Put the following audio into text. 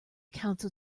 council